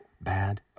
bad